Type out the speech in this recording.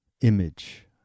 image